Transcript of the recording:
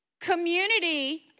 Community